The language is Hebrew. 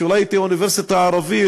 שאולי תהיה אוניברסיטה ערבית,